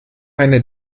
einer